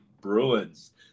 Bruins